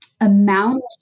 amount